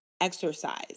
exercise